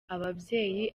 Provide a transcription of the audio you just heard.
ababyeyi